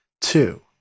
two